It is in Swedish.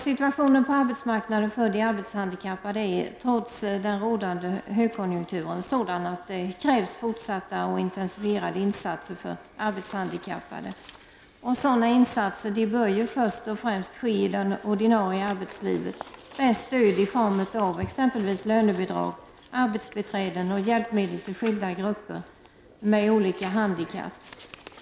Situationen på arbetsmarknaden för de arbetshandikappade är, trots den rådande högkonjunkturen, sådan att det krävs fortsatta och intensifierade insatser för dem. Och dessa insatser bör ju först och främst göras i det ordinarie arbetslivet — stöd i form av exempelvis lönebidrag, arbetsbiträden och hjälpmedel till skilda grupper med olika handikapp.